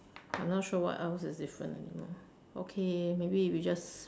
I not sure what else is different anymore okay maybe we just